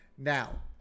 Now